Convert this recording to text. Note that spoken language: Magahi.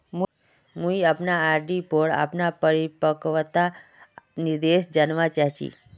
मुई अपना आर.डी पोर अपना परिपक्वता निर्देश जानवा चहची